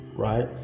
Right